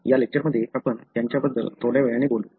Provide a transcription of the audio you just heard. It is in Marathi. या लेक्चरमध्ये आपण त्यांच्याबद्दल थोड्या वेळाने बोलू